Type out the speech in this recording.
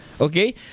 Okay